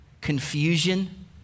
confusion